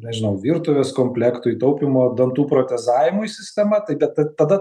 nežinau virtuvės komplektui taupymo dantų protezavimui sistema tai bet ta tada